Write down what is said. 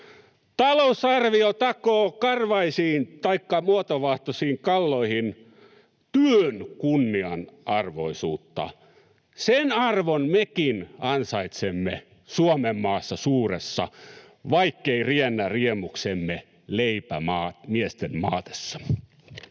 Talousarvio takoo karvaisiin taikka muotovaahtoisiin kalloihin työn kunnianarvoisuutta. Sen arvon mekin ansaitsemme Suomen maassa suuressa, vaikk’ ei riennä riemuksemme leipä miesten maatessa.